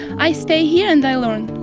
i stay here and i learn.